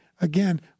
again